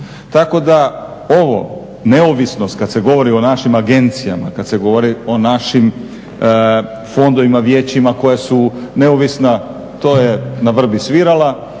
Tako da ovo, neovisnost kada se govori o našim agencijama, kada se govori o našim fondovima, vijećima koja su neovisna to je na vrbi svirala